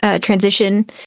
transition